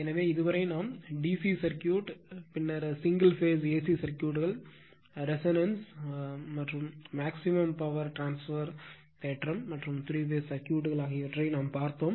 எனவே இதுவரை நாம் DC சர்க்யூட் பின்னர் சிங்கிள் பேஸ் AC சர்க்யூட்கள் ரெசோனன்ஸ் மேக்சிமம் பவர் ட்ரான்ஸ்பெர் தேற்றம் மற்றும் த்ரீ பேஸ் சர்க்யூட்கள் ஆகியவற்றை நாம் பார்த்தோம்